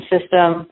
system